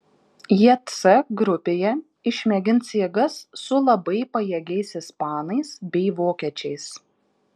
jie c grupėje išmėgins jėgas su labai pajėgiais ispanais bei vokiečiais